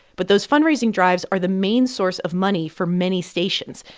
but those fundraising drives are the main source of money for many stations.